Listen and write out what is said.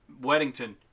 Weddington